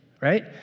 right